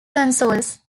consoles